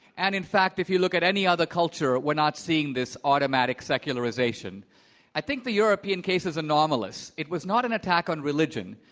and in fact if you look at any other culture, we're not seeing this automatic secularization. i think the european case is anomalous. it was not an attack on religion.